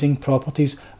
properties